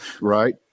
Right